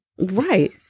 Right